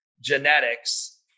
genetics